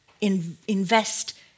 invest